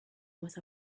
with